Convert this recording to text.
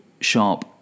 sharp